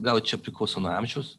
gal čia priklauso nuo amžiaus